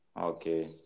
Okay